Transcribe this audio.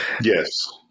yes